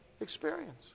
experience